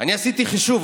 אני עשיתי חישוב,